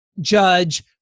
judge